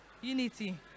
Unity